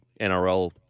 NRL